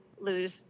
lose